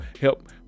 help